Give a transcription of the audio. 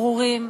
ברורים,